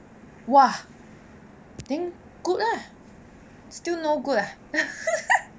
!wah! then good lah still no good ah